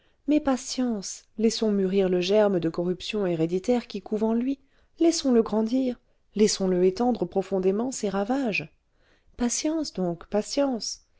mais patience laissons mûrir le germe de corruption héréditaire qui couve en lui laissons-le grandir laissons-le étendre profondément ses ravages patience donc patience